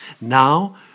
Now